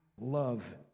love